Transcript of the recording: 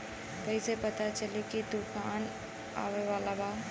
कइसे पता चली की तूफान आवा वाला बा?